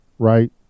Right